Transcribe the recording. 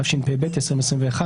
התשפ"ב 2021,